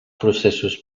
processos